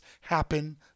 happen